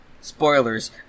Spoilers